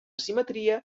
simetria